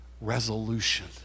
resolution